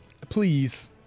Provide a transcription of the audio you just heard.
Please